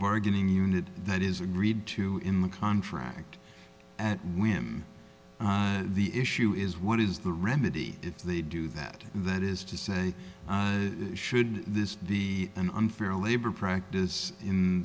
bargaining unit that is agreed to in the contract at whim the issue is what is the remedy if they do that that is to say should this be an unfair labor practice in